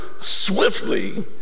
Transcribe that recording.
swiftly